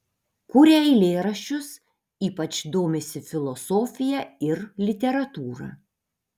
kuria eilėraščius ypač domisi filosofija ir literatūra